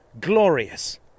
glorious